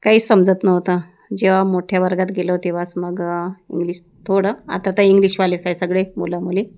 काहीच समजत नव्हतं जेव्हा मोठ्या वर्गात गेलो तेव्हाच मग इंग्लिश थोडं आता तर इंग्लिशवालेच आहे सगळे मुलं मुली